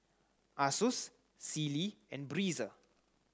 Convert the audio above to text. Asus Sealy and Breezer